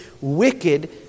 wicked